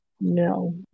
No